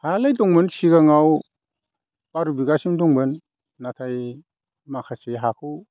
हायालाय दंमोन सिगाङाव बार'बिगासिम दंमोन नाथाय माखासे हाखौ